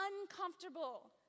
uncomfortable